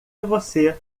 você